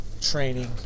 training